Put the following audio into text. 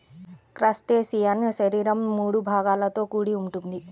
crustacean శరీరం మూడు విభాగాలతో కూడి ఉంటుంది